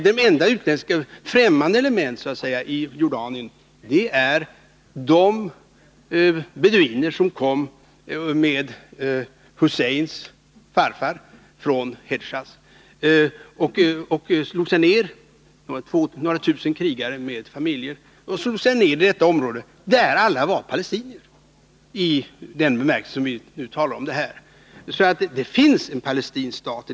Det enda främmande elementet i Jordanien är de beduiner som kom med Husseins farfar från Hedjas — några tusen krigare med familjer — och slog sig ned i detta område, där alla var palestinier i den bemärkelse vi nu talar om. Det finns alltså redan en palestinsk stat.